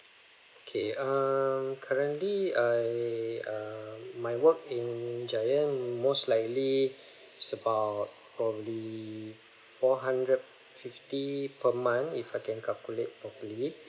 okay um currently I um my work in giant most likely is about probably four hundred fifty per month if I can calculate properly